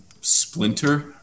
Splinter